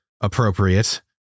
appropriate